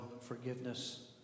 forgiveness